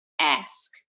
ask